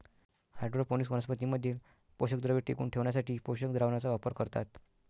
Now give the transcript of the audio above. hydroponics वनस्पतीं मधील पोषकद्रव्ये टिकवून ठेवण्यासाठी पोषक द्रावणाचा वापर करतात